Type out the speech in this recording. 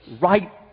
right